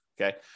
Okay